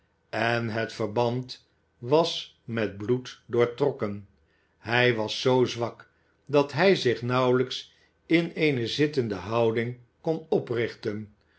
en het verband was met bloed doortrokken hij was zoo zwak dat hij zich nauwelijks in eene zittende houding kon oprichten